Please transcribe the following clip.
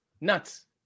Nuts